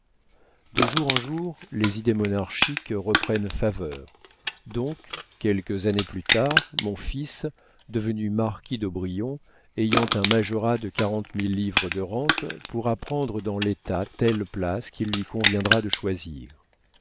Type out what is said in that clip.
de jour en jour les idées monarchiques reprennent faveur donc quelques années plus tard mon fils devenu marquis d'aubrion ayant un majorat de quarante mille livres de rente pourra prendre dans l'état telle place qu'il lui conviendra de choisir